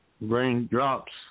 raindrops